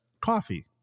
coffee